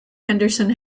henderson